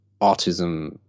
autism